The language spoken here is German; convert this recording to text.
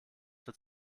für